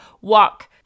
walk